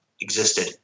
existed